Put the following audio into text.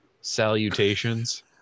Salutations